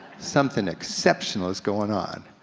something exceptional is goin' on.